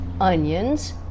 onions